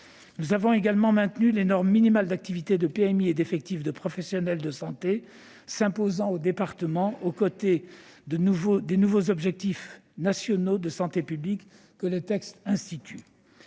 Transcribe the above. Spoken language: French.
Nous avons également maintenu les normes minimales d'activité des PMI et d'effectifs de professionnels de santé s'imposant aux départements, aux côtés des nouveaux objectifs nationaux de santé publique que le texte institue.